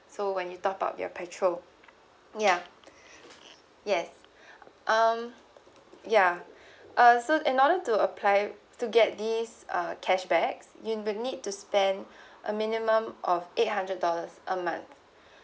so when you top up your petrol ya yes um ya uh so in order to apply to get this uh cashback you will need to spend a minimum of eight hundred dollars a month